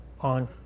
on